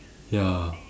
ya